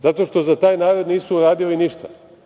Zato što za taj narod nisu uradili ništa.